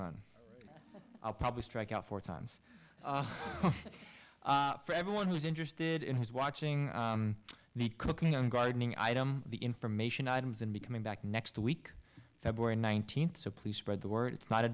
run i'll probably strike out four times for everyone who's interested in who's watching the cooking and gardening item the information items and be coming back next week february nineteenth so please spread the word it's not a